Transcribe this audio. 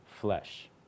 flesh